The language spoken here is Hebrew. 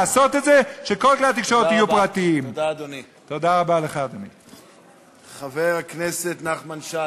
כי מאיימים עלינו תמיד באלטרנטיבה יותר גרועה.